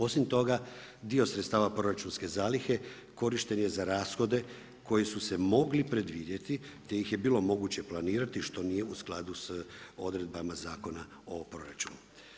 Osim toga, dio sredstava proračunske zalihe, korišten je za rashode koji su se mogli predvidjeti te ih je bilo moguće planirati što nije u skladu s odredbama Zakona o proračunu.